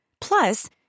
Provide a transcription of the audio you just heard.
Plus